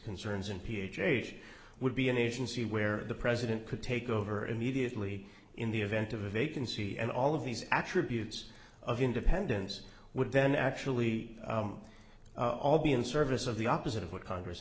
concerns and page age would be an agency where the president could take over immediately in the event of a vacancy and all of these attributes of independence would then actually all be in service of the opposite of what congress